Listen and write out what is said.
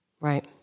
Right